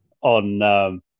on